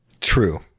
True